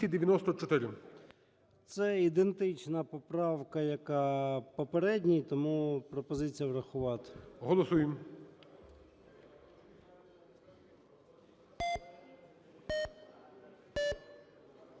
Це ідентична поправка, яка… попередній. Тому пропозиція – врахувати. ГОЛОВУЮЧИЙ.